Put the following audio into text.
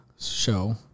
show